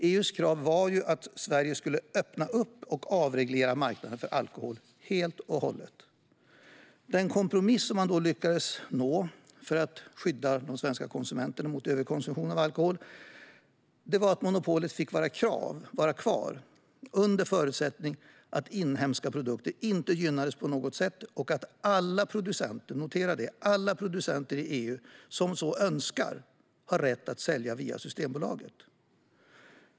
EU:s krav var att Sverige skulle öppna upp och avreglera marknaden för alkohol helt och hållet. Den kompromiss man lyckades nå för att skydda de svenska konsumenterna mot överkonsumtion av alkohol var att monopolet får vara kvar under förutsättning att inhemska produkter inte gynnas på något sätt och att alla producenter - notera det: alla producenter - i EU som så önskar har rätt att sälja via Systembolaget.